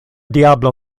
diablo